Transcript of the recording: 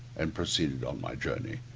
and proceeded on my journey.